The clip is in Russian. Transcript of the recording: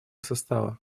состава